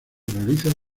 realiza